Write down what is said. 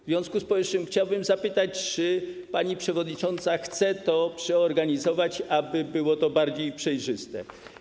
W związku z powyższym chciałbym zapytać, czy pani przewodnicząca chce to przeorganizować, aby było to bardziej przejrzyste.